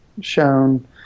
shown